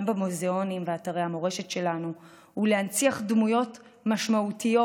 במוזיאונים ואתרי המורשת שלנו ולהנציח דמויות משמעותיות